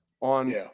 on